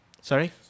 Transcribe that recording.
Sorry